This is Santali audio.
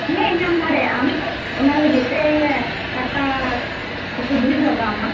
ᱦᱮᱸ ᱧᱟᱢ ᱫᱟᱲᱮᱭᱟᱜ ᱟᱢ ᱚᱱᱟ ᱞᱟᱹᱜᱤᱫ ᱛᱮ ᱴᱟᱠᱟ ᱠᱤᱪᱷᱩ ᱰᱷᱮᱨ ᱞᱟᱜᱟᱣᱟᱢᱟ